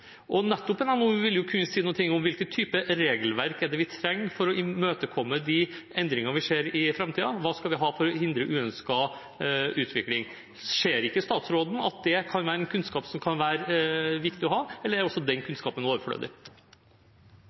og nettopp en NOU vil kunne si noe om hvilken type regelverk det er vi trenger for å møte de endringer vi ser i framtiden, og hva vi skal ha for å hindre uønsket utvikling. Ser ikke statsråden at det kan være en kunnskap som kan være viktig å ha, eller er også den kunnskapen overflødig?